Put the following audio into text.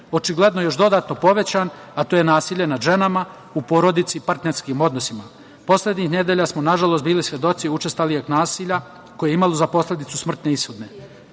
očigledno još dodatno povećan, a to je nasilje nad ženama u porodici, partnerskim odnosima. Poslednjih nedelja smo na žalost bili svedoci učestalijeg nasilja koje je imalo za posledicu smrtne ishode. Ovom